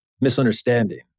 Misunderstanding